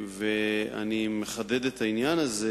ואני מחדד את העניין הזה,